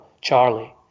Charlie